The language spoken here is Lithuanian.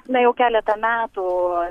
na jau keletą metų